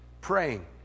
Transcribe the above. praying